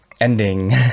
ending